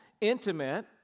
intimate